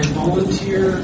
volunteer